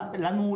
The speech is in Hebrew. לנו,